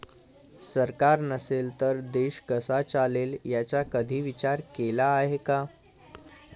सरकार नसेल तर देश कसा चालेल याचा कधी विचार केला आहे का?